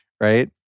Right